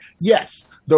Yes